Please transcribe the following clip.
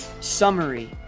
summary